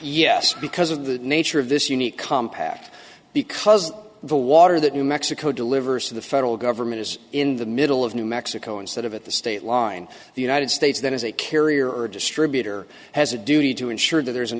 yes because of the nature of this unique compact because the water that new mexico delivers to the federal government is in the middle of new mexico instead of at the state line the united states that is a carrier or distributor has a duty to ensure that there is an